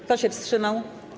Kto się wstrzymał?